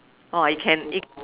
you can